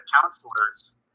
counselors